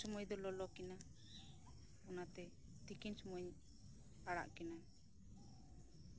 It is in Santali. ᱛᱤᱠᱤᱱ ᱥᱚᱢᱚᱭ ᱫᱚ ᱞᱚᱞᱚ ᱠᱤᱱᱟᱹ ᱚᱱᱟᱛᱮ ᱛᱤᱠᱤᱱ ᱥᱚᱢᱚᱭᱤᱧ ᱟᱲᱟᱜ ᱠᱤᱱᱟᱹ